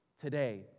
today